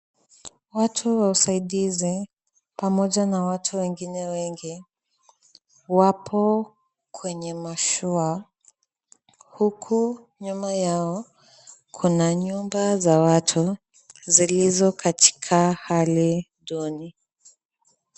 Watu wa usaidizi pamoja na watu wengine wengi wapo kwenye mashua huku nyuma yao kuna nyumba za watu zilizo katika hali duni.